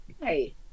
Hey